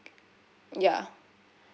ya